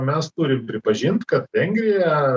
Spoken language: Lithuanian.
mes turim pripažint kad vengrija